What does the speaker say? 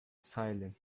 silent